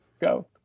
go